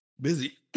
busy